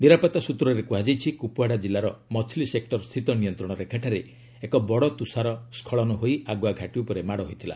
ନିରାପତ୍ତା ସୂତ୍ରରେ କୁହାଯାଇଛି କୁପୁୱାଡା କିଲ୍ଲାର ମଛଲି ସେକ୍ଟର ସ୍ଥିତ ନିୟନ୍ତ୍ରଣ ରେଖାଠାରେ ଏକ ବଡ଼ ତୁଷାର ସ୍କଳନ ହୋଇ ଆଗୁଆ ଘାଟି ଉପରେ ମାଡ଼ ହୋଇଥିଲା